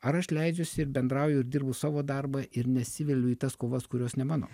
ar aš leidžiuosi ir bendrauju ir dirbu savo darbą ir nesiveliu į tas kovas kurios ne mano